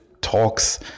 talks